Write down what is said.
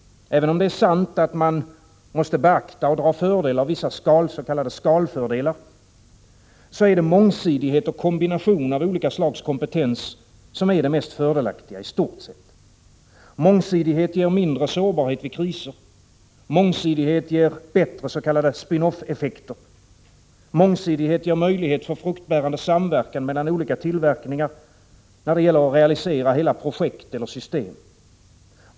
Även om det är sant att man måste beakta vissa s.k. skalfördelar, är det mångsidighet och kombination av olika slags kompetens som i stort är det mest fördelaktiga. Mångsidighet ger mindre sårbarhet vid kriser. Mångsidighet ger bättre s.k. spin off-effekter. Mångsidighet ger möjlighet för fruktbärande samverkan mellan olika tillverkningar när det gäller att realisera hela projekt och system.